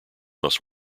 must